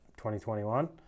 2021